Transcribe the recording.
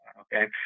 okay